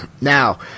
Now